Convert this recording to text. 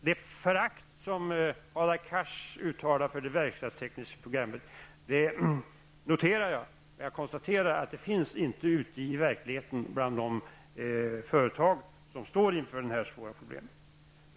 Det förakt som Hadar Cars uttryckte för det verkstadstekniska programmet noterar jag, men jag konstaterar också att det inte återfinns ute i verkligheten, bland de företag som står inför de här svåra problemen.